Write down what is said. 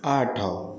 ଆଠ